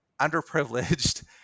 underprivileged